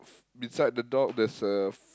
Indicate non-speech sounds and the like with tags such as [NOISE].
[NOISE] beside the dog there's a f~